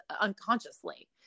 unconsciously